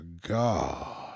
God